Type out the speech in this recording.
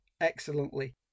excellently